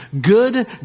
good